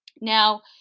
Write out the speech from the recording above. now